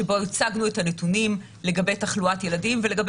שבו הצגנו את הנתונים לגבי תחלואת ילדים ולגבי